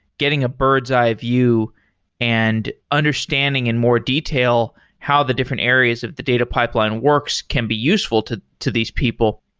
getting a bird's eye view and understanding in more detail how the different areas of the data pipeline works can be useful to to these people.